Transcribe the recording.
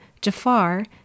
Jafar